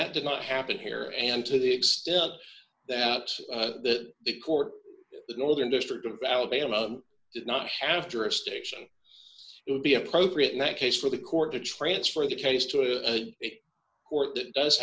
that did not happen here and to the extent that that the court northern district of alabama did not have jurisdiction it would be appropriate in that case for the court to transfer the case to a court that does